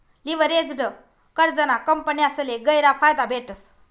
leveraged कर्जना कंपन्यासले गयरा फायदा भेटस